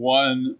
one